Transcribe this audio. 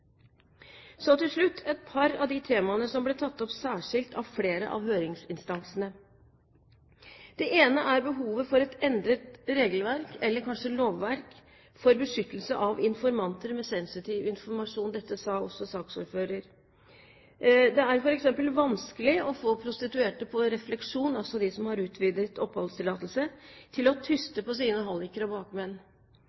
Så til slutt et par av de temaene som ble tatt særskilt opp av flere av høringsinstansene. Det ene er behovet for et endret regelverk eller kanskje lovverk for beskyttelse av informanter med sensitiv informasjon. Dette sa også saksordføreren. Det er f.eks. vanskelig å få prostituerte på refleksjon – altså de som har utvidet oppholdstillatelse – til å